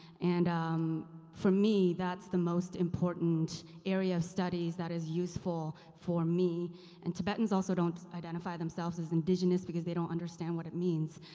and um for me, that's the most important area of studies that is useful for me and tibetans also don't identify themselves as indigenous because they don't understand what it means.